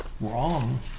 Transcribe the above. wrong